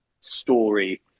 story